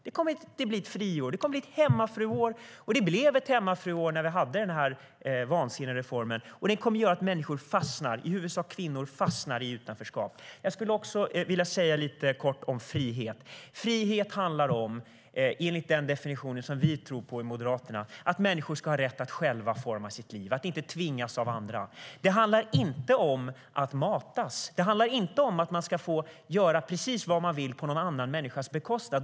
Inte kommer det att bli ett friår. Det blir ett hemmafruår, och det blev ett hemmafruår när vi tidigare hade den vansinniga reformen. Det kommer att medföra att människor, i huvudsak kvinnor, fastnar i utanförskap. Låt mig säga något kort om frihet. Enligt den definition som vi moderater tror på handlar frihet om att människor ska ha rätt att själva forma sina liv och inte tvingas av andra. Det handlar inte om att matas. Det handlar inte om att man ska få göra precis vad man vill på någon annans bekostnad.